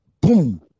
boom